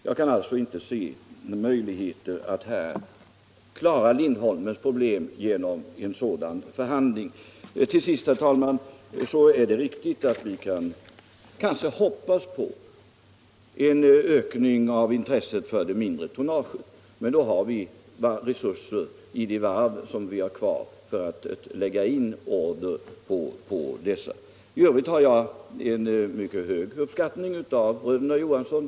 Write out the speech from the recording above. Jag kan alltså inte se några möjligheter att klara Lindholmens problem genom en sådan förhandling. Till sist, herr talman, är det riktigt att vi kanske kan hoppas på en ökning av intresset för det mindre tonnaget. Men i så fall har vi resurser i de varv som vi har kvar och kan lägga in order på dessa. I övrigt uppskattar jag bröderna Johansson mycket högt.